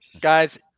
Guys